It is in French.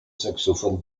saxophone